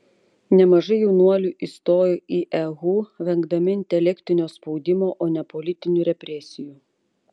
nemažai jaunuolių įstojo į ehu vengdami intelektinio spaudimo o ne politinių represijų